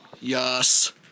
Yes